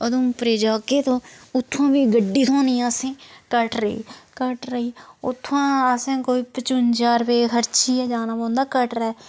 उधमपुरै जाह्गे तां उत्थु फ्ही गड्डी थ्होनी असेंगी कटरै कटरे गी उत्थुआं असें कोई पचुंजा रपेऽ खरचियै जाना पौंदा कटरै